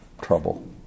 trouble